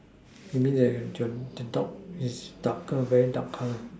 you mean that the the your dog is darker in color